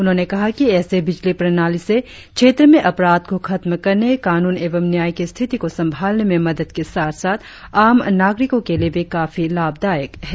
उन्होंने कहा कि ऐसे बिजली प्रणाली से क्षेत्र में अपराध को खत्म करने कानून एवं न्याय की स्थिति को संभालने में मदद के साथ साथ आम नागरिक के लिए काफी लाभदायक है